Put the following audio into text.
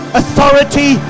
authority